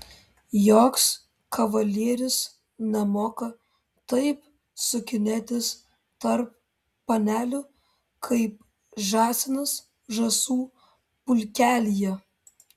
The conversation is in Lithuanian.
joks kavalierius nemoka taip sukinėtis tarp panelių kaip žąsinas žąsų pulkelyje